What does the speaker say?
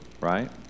right